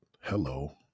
Hello